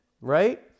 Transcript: right